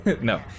No